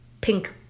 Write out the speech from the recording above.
pink